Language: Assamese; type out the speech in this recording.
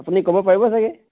আপুনি ক'ব পাৰিব চাগে